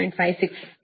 56 ಮಾಡಬೇಕು